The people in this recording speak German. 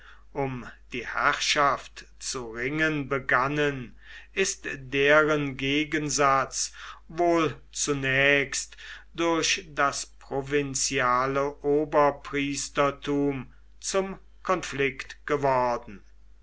um die herrschaft zu ringen begannen ist deren gegensatz wohl zunächst durch das provinziale oberpriestertum zum konflikt geworden